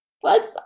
Plus